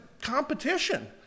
competition